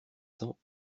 cents